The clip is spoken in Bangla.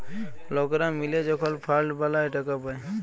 লকরা মিলে যখল ফাল্ড বালাঁয় টাকা পায়